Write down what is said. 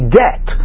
debt